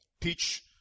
teach